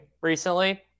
recently